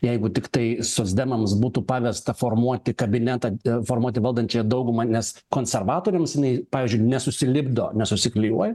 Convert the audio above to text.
jeigu tiktai socdemams būtų pavesta formuoti kabinetą formuoti valdančiąją daugumą nes konservatoriams jinai pavyzdžiui nesusilipdo nesusiklijuoja